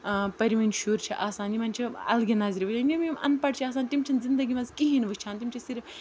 پٔرۍوٕنۍ شُرۍ چھِ آسان یِمَن چھِ الگٕے نظرِ وٕچھان یِم یِم اَن پَڑھ چھِ آسان تِم چھِنہٕ زندگی منٛز کِہیٖنۍ وٕچھان تِم چھِ صرف